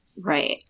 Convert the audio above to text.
Right